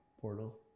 portal